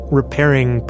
repairing